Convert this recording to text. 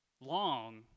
long